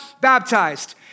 baptized